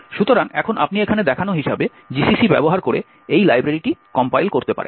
সুতরাং এখন আপনি এখানে দেখানো হিসাবে GCC ব্যবহার করে এই লাইব্রেরিটি কম্পাইল করতে পারেন